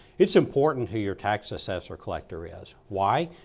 it's important who your tax-assessor klerktd is. why?